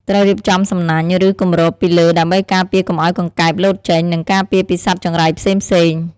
ត្រូវរៀបចំសំណាញ់ ឬគម្របពីលើដើម្បីការពារកុំឲ្យកង្កែបលោតចេញ និងការពារពីសត្វចង្រៃផ្សេងៗ។